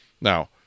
Now